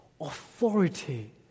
authority